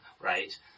right